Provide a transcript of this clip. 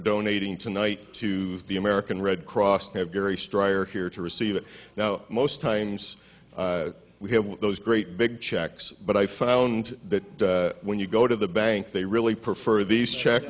donating tonight to the american red cross to have gary striker here to receive it now most times we have those great big checks but i found that when you go to the bank they really prefer these check